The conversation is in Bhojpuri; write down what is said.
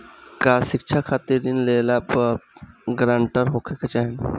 का शिक्षा खातिर ऋण लेवेला भी ग्रानटर होखे के चाही?